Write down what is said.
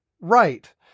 right